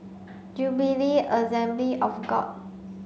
Jubilee Assembly of God